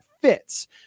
fits